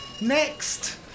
Next